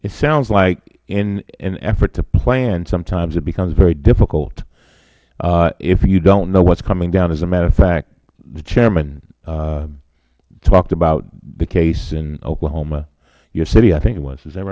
it sounds like in an effort to plan sometimes it becomes very difficult if you dont know what is coming down as a matter of fact the chairman talked about the case in oklahoma your city i think it was is that